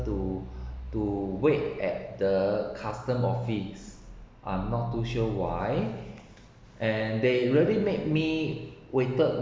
to to wait at the custom office I’m not too sure why and they really made me waited